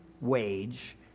wage